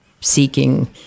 seeking